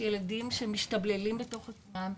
תופעות של ילדים שמשתבללים בתוך עצמם,